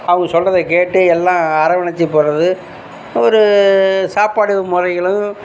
அவங்க சொல்வத கேட்டு எல்லாம் அரவணத்து போகிறது ஒரு சாப்பாடு முறைகளும்